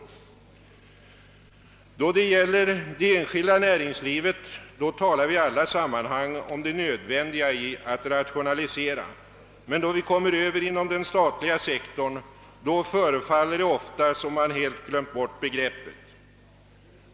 Då det gäller det enskilda näringslivet talar vi i alla sammanhang om det nödvändiga i att rationalisera, men då vi kommer över till den statliga sektorn, förefaller det ofta som om man helt glömt bort begreppet.